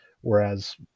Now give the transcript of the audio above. Whereas